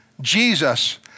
Jesus